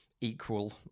equal